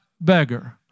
beggar